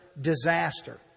disaster